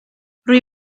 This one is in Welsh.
rwy